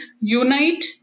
Unite